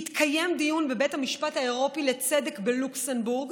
התקיים דיון בבית המשפט האירופי לצדק בלוקסמבורג